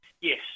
Yes